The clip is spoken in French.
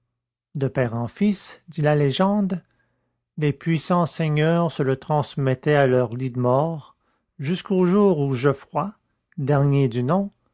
de père en fils dit la légende les puissants seigneurs se le transmettaient à leur lit de mort jusqu'au jour où geoffroy dernier du nom